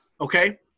Okay